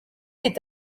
est